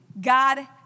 God